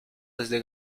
desde